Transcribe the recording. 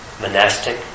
monastic